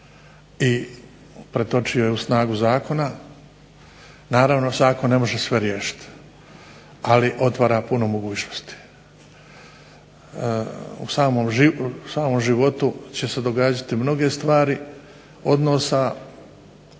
i pretočio je u snagu zakona, naravno zakon ne može sve riješiti, ali otvara puno mogućnosti. U samom životu će se događati mnoge stvari odnosa